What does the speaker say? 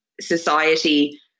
society